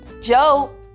Joe